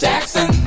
Jackson